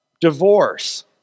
divorce